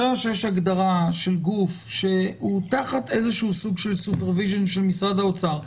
ברגע שיש הגדרה של גוף שהוא תחת איזשהו סוג של פיקוח של משרד האוצר,